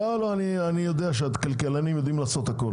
אני יודע שהכלכלנים יודעים לעשות הכל.